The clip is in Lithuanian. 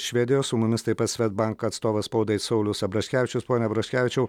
švedijos su mumis tai pats svedbank atstovas spaudai saulius abraškevičius pone abraškevičiau